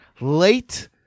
late